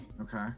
Okay